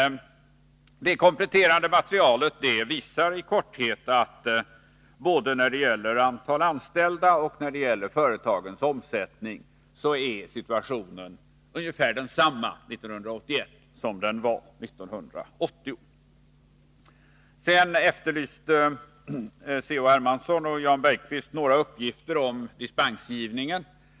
Det kompletterande materialet visar i korthet att både när det gäller antal anställda och när det gäller företagens omsättning är situationen ungefär densamma 1981 som den var 1980. C.-H. Hermansson och Jan Bergqvist efterlyste några uppgifter om dispensgivningen.